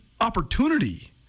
opportunity